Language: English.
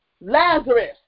Lazarus